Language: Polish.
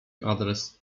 adres